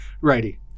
Righty